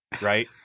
right